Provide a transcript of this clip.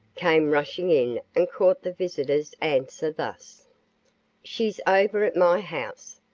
came rushing in and caught the visitor's answer, thus she's over at my house.